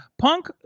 Punk